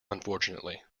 unfortunately